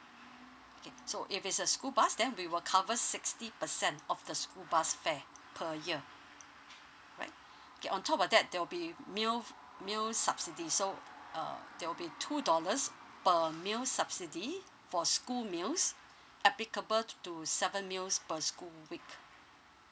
okay so if it's a school bus then we will cover sixty percent of the school bus fare per year right okay on top of that there will be meals subsidies so uh there will be two dollars per meal subsidy for school meals applicable to seven meals per school week